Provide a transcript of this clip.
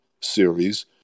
series